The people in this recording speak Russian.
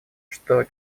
что